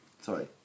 sorry